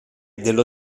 dello